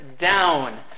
down